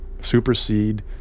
supersede